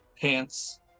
pants